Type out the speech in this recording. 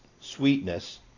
sweetness